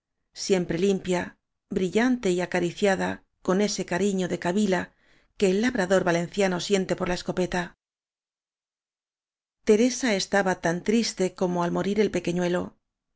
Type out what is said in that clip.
siempre limpia brillante y v blasco ibáñez acariciada con ese cariño de kabila que el la brador valenciano siente por la escopeta teresa estaba tan triste como al morir el pequeñuelo